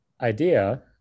idea